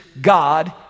God